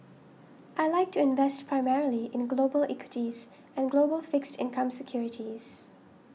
I like to invest primarily in global equities and global fixed income securities